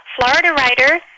floridawriter